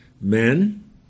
Men